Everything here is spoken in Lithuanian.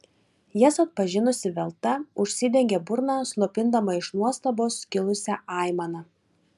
jas atpažinusi velta užsidengė burną slopindama iš nuostabos kilusią aimaną